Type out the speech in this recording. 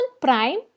Prime